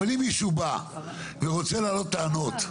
אבל אם מישהו בא ורוצה להעלות טענות,